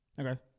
Okay